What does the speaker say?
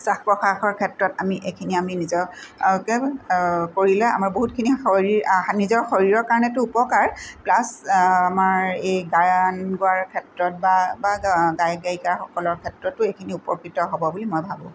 শ্বাস প্ৰশ্বাসৰ ক্ষেত্ৰত এইখিনি আমি নিজৰ কৰিলে আমাৰ বহুতখিনি শৰীৰ নিজৰ শৰীৰৰ কাৰণেটো উপকাৰ প্লাছ আমাৰ এই গান গোৱাৰ ক্ষেত্ৰত বা গায়ক গায়িকাসকলৰ ক্ষেত্ৰতো এইখিনি উপকৃত হ'ব বুলি মই ভাবোঁ